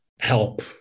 help